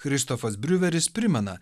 kristofas briuveris primena